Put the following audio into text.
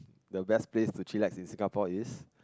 the best place to chillax in Singapore is